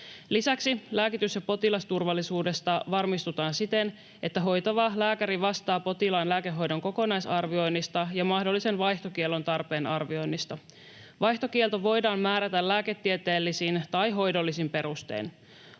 Lisäksi lääkitys- ja potilasturvallisuudesta varmistutaan siten, että hoitava lääkäri vastaa potilaan lääkehoidon kokonaisarvioinnista ja mahdollisen vaihtokiellon tarpeen arvioinnista. Vaihtokielto voidaan määrätä lääketieteellisin tai hoidollisin perustein.